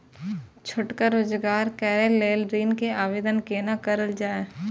छोटका रोजगार करैक लेल ऋण के आवेदन केना करल जाय?